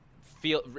feel